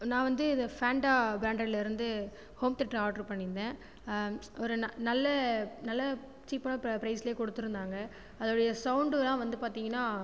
நான் வந்து இது ஃபேன்டா பிராண்டட்லருந்து ஃஹோம் தேட்டர் ஆர்டர் பண்ணிருந்தேன் ஒரு ந நல்ல நல்ல சீப்பான ப்ர ப்ரைஸ்லே கொடுத்துருந்தாங்க அதோடைய சௌண்டுலாம் வந்து பார்த்தீங்கனா